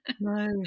no